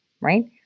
right